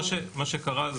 מה שקרה,